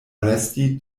resti